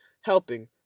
helping